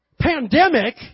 pandemic